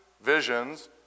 visions